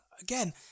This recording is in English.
again